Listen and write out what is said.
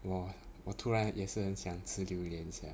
!wah! 我突然也是很想吃榴莲 sia